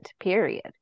period